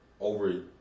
over